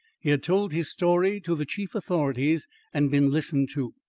he had told his story to the chief authorities and been listened to.